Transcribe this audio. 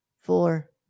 four